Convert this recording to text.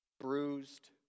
bruised